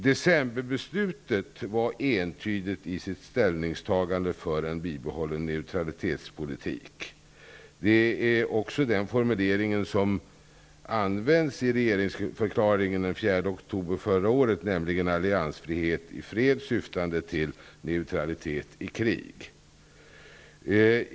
Decemberbeslutet var entydigt i sitt ställningstagande för en bibehållen neutralitetspolitik. Det är också den formuleringen som används i regeringsförklaringen från den 4 oktober förra året, nämligen att vi skall ha alliansfrihet i fred syftande till neutralitet i krig.